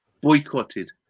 boycotted